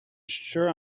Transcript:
sure